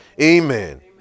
Amen